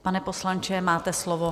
Pane poslanče, máte slovo.